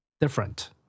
different